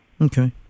Okay